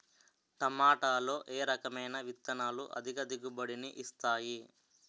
టమాటాలో ఏ రకమైన విత్తనాలు అధిక దిగుబడిని ఇస్తాయి